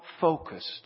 focused